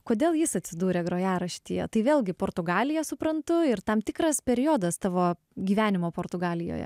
kodėl jis atsidūrė grojaraštyje tai vėlgi portugalija suprantu ir tam tikras periodas tavo gyvenimo portugalijoje